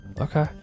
Okay